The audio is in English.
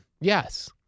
Yes